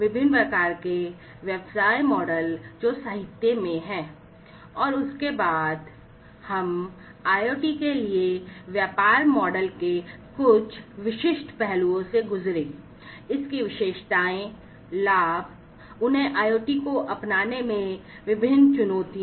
विभिन्न प्रकार के व्यवसाय मॉडल जो साहित्य में हैं और उसके बाद हम IoT के लिए व्यापार मॉडल के कुछ विशिष्ट पहलुओं से गुजरे इसकी विशेषताएं लाभ और उन्हें IoT को अपनाने में विभिन्न चुनौतियाँ